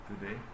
today